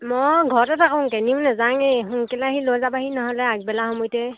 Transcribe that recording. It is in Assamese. মই ঘৰতে থাকোঁ কেনিও নেযাওঁগৈ সোনকালে আহি লৈ যাবাহি নহ'লে আগবেলা সময়তে